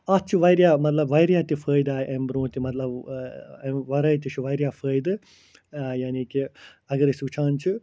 اَتھ چھُ واریاہ مطلب واریاہ تہِ فٲیدٕ آیہِ اَمہِ برٛونٛہہ تہِ مطلب اَمہِ ورٲے تہِ چھِ واریاہ فٲیدٕ یعنی کہِ اَگر أسۍ وٕچھان چھِ